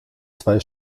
zwei